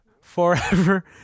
forever